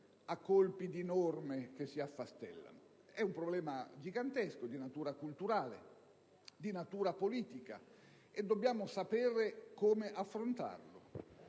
a colpi di norme che si affastellano: è un problema gigantesco di natura culturale e politica, e dobbiamo sapere come affrontarlo.